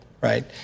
right